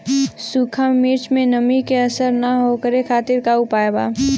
सूखा मिर्चा में नमी के असर न हो ओकरे खातीर का उपाय बा?